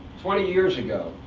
twenty years ago,